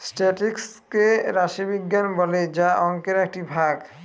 statistics কে রাশি বিজ্ঞান বলে যা অংকের একটি ভাগ